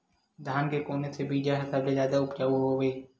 धान के कोन से बीज ह सबले जादा ऊपजाऊ हवय?